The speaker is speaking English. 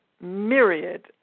myriad